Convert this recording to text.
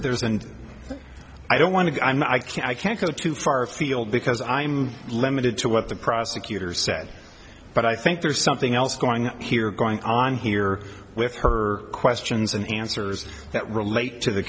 there's and i don't want to i'm not i can't i can't go too far afield because i'm limited to what the prosecutor said but i think there's something else going on here going on here with her questions and answers that relate to the